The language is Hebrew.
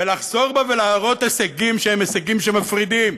ולחזור בה ולהראות הישגים שהם הישגים שמפרידים,